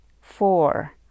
four